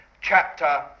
chapter